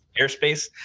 airspace